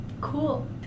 Cool